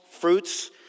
fruits